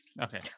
Okay